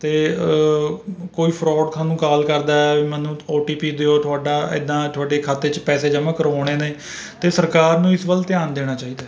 ਅਤੇ ਕੋਈ ਫਰੋਡ ਸਾਨੂੰ ਕਾਲ ਕਰਦਾ ਹੈ ਵੀ ਮੈਨੂੰ ਓ ਟੀ ਪੀ ਦਿਓ ਤੁਹਾਡਾ ਇੱਦਾਂ ਤੁਹਾਡੇ ਖਾਤੇ 'ਚ ਪੈਸੇ ਜਮ੍ਹਾਂ ਕਰਵਾਉਣੇ ਨੇ ਅਤੇ ਸਰਕਾਰ ਨੂੰ ਇਸ ਵੱਲ ਧਿਆਨ ਦੇਣਾ ਚਾਹੀਦਾ ਹੈ